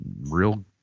real